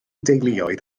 deuluoedd